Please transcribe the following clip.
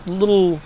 little